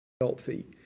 healthy